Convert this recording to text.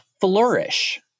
flourish